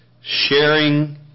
sharing